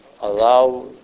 allow